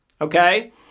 okay